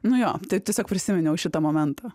nu jo taip tiesiog prisiminiau šitą momentą